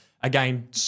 again